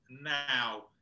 now